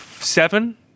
seven –